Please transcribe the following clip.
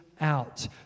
out